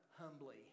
humbly